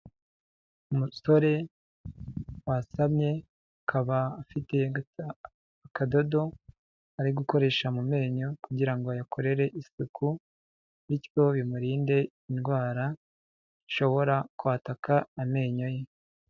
Umusore wasamye, akaba afite akadodo ari gukoresha mu menyo kugira ngo ayakorere isuku, bityo bimurinde indwara zishobora kwataka amenyo ye.